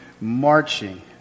marching